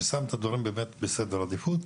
ששם את הדברים בסדר העדיפות.